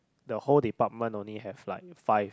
the whole department only have like five